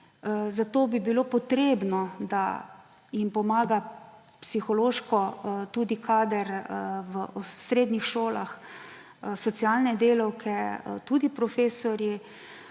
zato bi bilo potrebno, da jim pomaga psihološko tudi kader v srednjih šolah, socialne delavke, tudi profesorji.